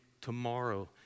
tomorrow